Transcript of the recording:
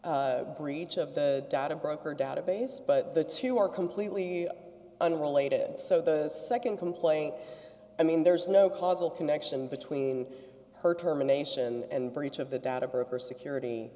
or breach of the data broker database but the two are completely unrelated so the nd complaint i mean there's no causal connection between her terminations and breach of the data broker security